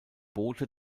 boote